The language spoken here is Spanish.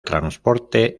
transporte